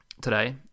today